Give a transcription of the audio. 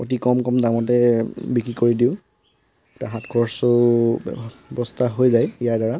অতি কম কম দামতে বিক্ৰী কৰি দিওঁ হাত খৰচো ব্যৱস্থা হৈ যায় ইয়াৰ দ্বাৰা